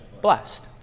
blessed